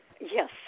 Yes